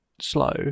slow